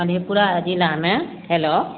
मणिपुरा जिलामे हेलो